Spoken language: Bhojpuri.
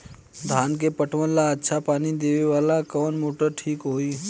धान के पटवन ला अच्छा पानी देवे वाला कवन मोटर ठीक होई?